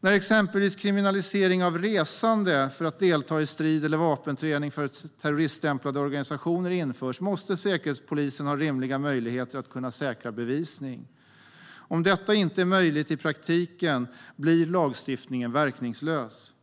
När exempelvis kriminalisering av resande för att delta i strid eller vapenträning för terroriststämplade organisationer införs måste Säkerhetspolisen ha rimliga möjligheter att kunna säkra bevisning. Om detta inte är möjligt i praktiken blir lagstiftningen verkningslös.